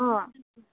अँ